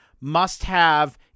must-have